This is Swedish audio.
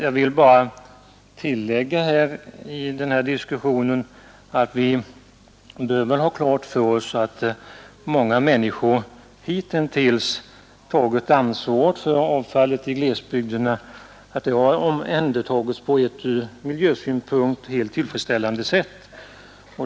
Jag vill bara tillägga i denna diskussion att vi bör ha klart för oss att många människor i glesbygderna hittills har tagit ansvar för avfallet på ett från miljösynpunkt helt tillfredsställande sätt.